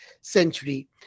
century